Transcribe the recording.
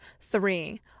Three